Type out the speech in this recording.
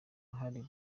hari